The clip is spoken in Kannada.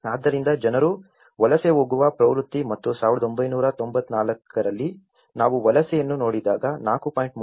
ಆದ್ದರಿಂದ ಜನರು ವಲಸೆ ಹೋಗುವ ಪ್ರವೃತ್ತಿ ಮತ್ತು 1994 ರಲ್ಲಿ ನಾವು ವಲಸೆಯನ್ನು ನೋಡಿದಾಗ 4